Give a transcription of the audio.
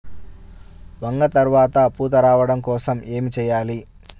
వంగ త్వరగా పూత రావడం కోసం ఏమి చెయ్యాలి?